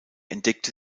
entdeckte